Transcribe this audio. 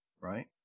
right